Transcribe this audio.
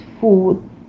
food